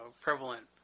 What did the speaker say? prevalent